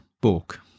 book